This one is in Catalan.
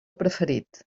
preferit